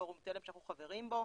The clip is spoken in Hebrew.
פורום תל"מ שאנחנו חברים בו,